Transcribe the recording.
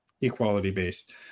equality-based